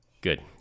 Good